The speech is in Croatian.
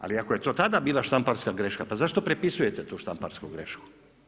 Ali ako je to tada bila štamparska greška pa zašto prepisujete tu štamparsku grešku?